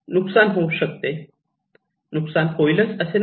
नुकसान होऊ शकते नुकसान होईलच असे नाही